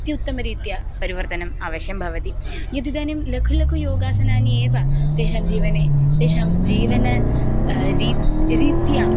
अत्युत्तमरीत्या परिवर्तनम् अवश्यं भवति यत् इदानीं लघु लघु योगासनानि एव तेषां जीवने तेषां जीवन रीत्या